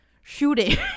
shooting